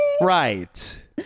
right